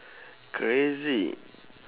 crazy